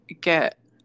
get